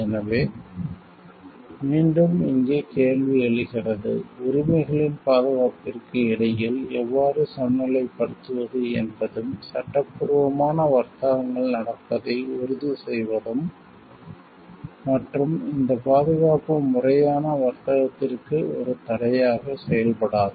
எனவே மீண்டும் இங்கே கேள்வி எழுகிறது உரிமைகளின் பாதுகாப்பிற்கு இடையில் எவ்வாறு சமநிலைப்படுத்துவது என்பதும் சட்டப்பூர்வமான வர்த்தகங்கள் நடப்பதை உறுதிசெய்வதும் மற்றும் இந்த பாதுகாப்பு முறையான வர்த்தகத்திற்கு ஒரு தடையாக செயல்படாது